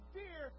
dear